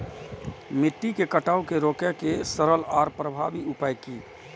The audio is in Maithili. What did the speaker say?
मिट्टी के कटाव के रोके के सरल आर प्रभावी उपाय की?